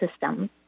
system